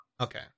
Okay